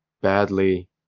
badly